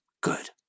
good